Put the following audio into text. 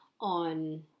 on